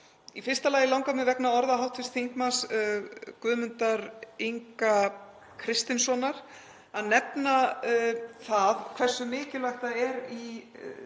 Í fyrsta lagi langar mig vegna orða hv. þm. Guðmundar Inga Kristinssonar að nefna það hversu mikilvægt það er í